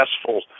successful